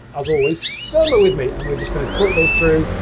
as always, surma with me. and we're just going to talk those through,